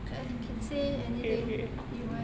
you can say anything you want